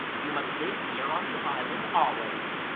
you must live here on the island always